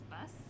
bus